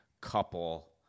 couple